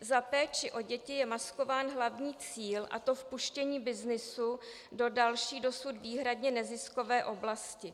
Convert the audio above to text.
Za péčí o děti je maskován hlavní cíl, a to vpuštění byznysu do další, dosud výhradně neziskové oblasti.